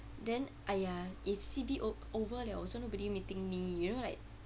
then !aiya! if C_B o~ over liao also nobody meeting me you know like